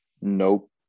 nope